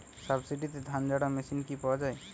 সাবসিডিতে ধানঝাড়া মেশিন কি পাওয়া য়ায়?